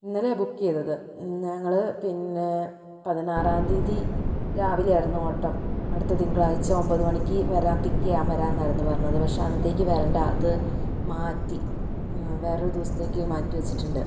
ഇന്നലെയാ book ചെയ്തത് ഇന്ന് ഞങ്ങള് പിന്നെ പതിനാറാം തീയതി രാവിലെയായിരുന്നു ഓട്ടം അടുത്ത തിങ്കളാഴ്ച ഒൻപത് മണിക്ക് വരാം പിക്ക് ചെയ്യാൻ വരാന്നായിരുന്നു പറഞ്ഞത് പക്ഷെ അന്നത്തേക്ക് വരണ്ട അത് മാറ്റി വേറൊരു ദിവസത്തേക്ക് മാറ്റി വെച്ചിട്ടുണ്ട്